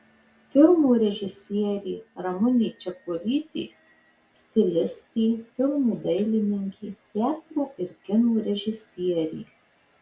filmo režisierė ramunė čekuolytė stilistė filmų dailininkė teatro ir kino režisierė